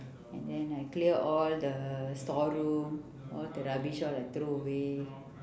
and then I clear all the storeroom all the rubbish all I throw away